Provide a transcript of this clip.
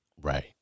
Right